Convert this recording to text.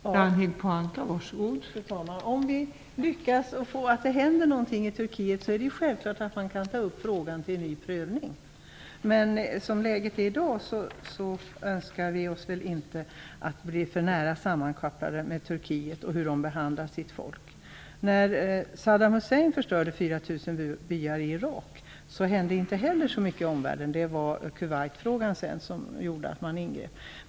Fru talman! Om vi lyckas att se till att det händer någonting i Turkiet är det självklart att man kan ta upp frågan till en ny prövning. Men som läget är i dag önskar vi oss väl inte att blir för nära sammankopplade med Turkiet och hur det behandlar sitt folk. När Saddam Hussein förstörde 4 000 byar i Irak hände inte heller så mycket i omvärlden. Det var Kuwait-frågan som sedan gjorde att man ingrep.